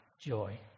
joy